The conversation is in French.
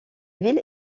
ville